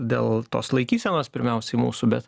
dėl tos laikysenos pirmiausiai mūsų bet